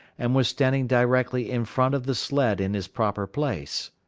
and was standing directly in front of the sled in his proper place.